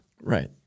Right